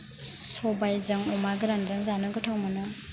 सबाइजों अमा गोरानजों जानो गोथाव मोनो